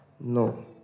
No